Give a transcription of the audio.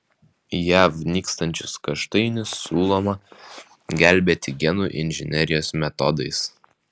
jav nykstančius kaštainius siūloma gelbėti genų inžinerijos metodais